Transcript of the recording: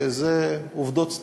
אלה עובדות סטטיסטיות.